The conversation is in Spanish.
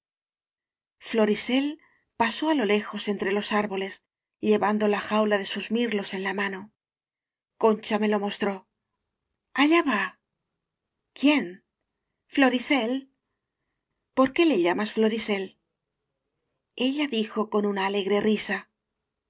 florisel pasó á lo lejos entre los árboles llevando la jaula de sus mirlos en la mano concha me lo mostró allá va quien florisel por qué le llamas florisel ella dijo con una alegre risa